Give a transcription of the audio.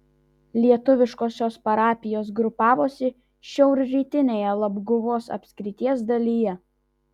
lietuviškosios parapijos grupavosi šiaurrytinėje labguvos apskrities dalyje